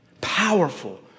powerful